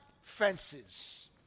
fences